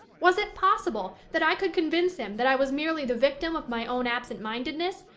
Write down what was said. was it possible that i could convince him that i was merely the victim of my own absentmindedness,